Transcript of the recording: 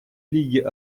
лиги